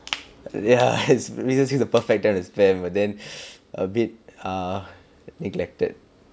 ya it's recess week the perfect time to spam but then a bit err neglected